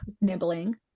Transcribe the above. nibbling